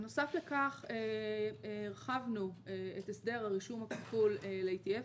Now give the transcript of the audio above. בנוסף לכך הרחבנו את הסדר הרישום הכפול ל-ETF.